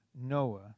Noah